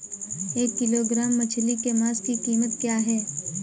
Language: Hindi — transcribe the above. एक किलोग्राम मछली के मांस की कीमत क्या है?